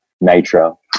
nitro